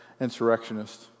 insurrectionist